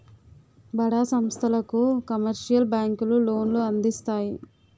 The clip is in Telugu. బడా సంస్థలకు కమర్షియల్ బ్యాంకులు లోన్లు అందిస్తాయి